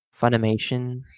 Funimation